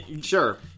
sure